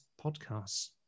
podcasts